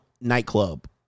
nightclub